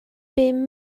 bum